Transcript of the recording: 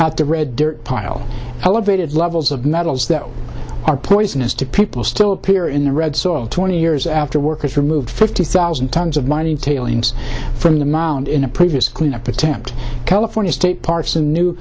out the red dirt pile elevated levels of metals that are poisonous to people still appear in the red saw twenty years after workers removed fifty thousand tons of mine tailings from the mound in a previous cleanup attempt california state parks in new